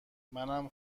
منم